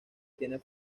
tiene